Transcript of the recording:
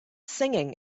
singing